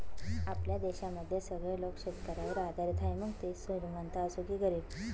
आपल्या देशामध्ये सगळे लोक शेतकऱ्यावर आधारित आहे, मग तो श्रीमंत असो किंवा गरीब